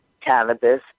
cannabis